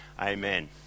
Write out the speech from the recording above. Amen